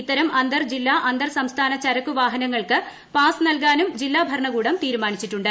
ഇത്തരം അന്തർ ജില്ലാ അന്തർ സംസ്ഥാന ചരക്കു വാഹനങ്ങൾക്ക് പാസ് നൽകാനും ജില്ലാ ഭരണകൂടം തീരുമാനിച്ചിട്ടുണ്ട്